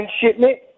shipment